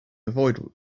avoid